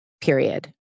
period